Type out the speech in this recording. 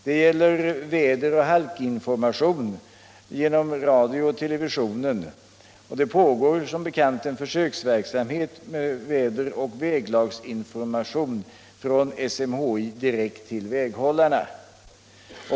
Det gäller också väderoch halkinformation genom radion och televisionen. Som bekant pågår det även en försöksverksamhet med väderoch väglagsinformation från SMHI direkt till väghållarna.